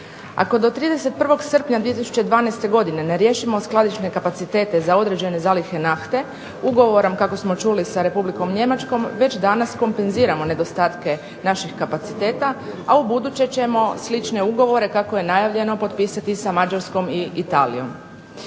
Ako do 31. srpnja 2012. godine ne riješimo skladišne kapacitete za određene zalihe nafte ugovorom kako smo čuli sa Republikom Njemačkom već danas kompenziramo nedostatke naših kapaciteta, a ubuduće ćemo slične ugovore kako je najavljeno potpisati sa Mađarskom i Italijom.